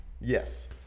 Yes